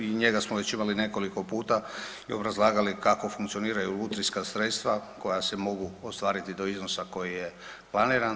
I njega smo već imali nekoliko puta i obrazlagali kako funkcioniraju lutrijska sredstva koja se mogu ostvariti do iznosa koji je planiran.